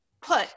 put